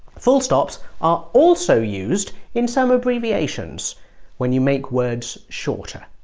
full stops are also used in some abbreviations when you make words shorter.